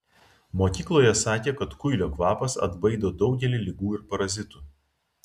mokykloje sakė kad kuilio kvapas atbaido daugelį ligų ir parazitų